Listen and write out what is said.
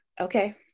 okay